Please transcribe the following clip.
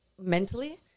mentally